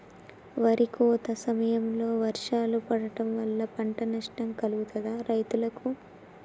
వరి కోత సమయంలో వర్షాలు పడటం వల్ల పంట నష్టం కలుగుతదా రైతులకు?